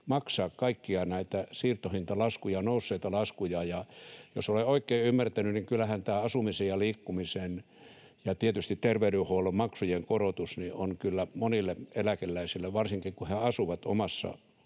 maksaa kaikkia näitä siirtohintalaskuja, nousseita laskuja. Ja jos olen oikein ymmärtänyt, niin kyllähän tämä asumisen ja liikkumisen ja tietysti terveydenhuollon maksujen korotus on monille eläkeläisille, varsinkin, kun he asuvat omassa